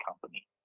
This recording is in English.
company